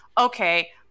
okay